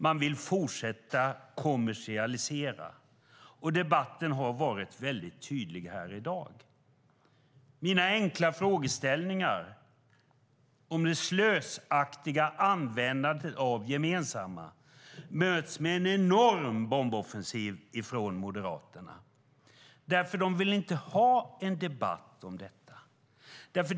Man vill fortsätta att kommersialisera. Debatten har varit tydlig här i dag. Mina enkla frågeställningar om det slösaktiga användandet av det gemensamma möts med en enorm bomboffensiv från Moderaterna. De vill inte ha en debatt om detta.